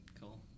cool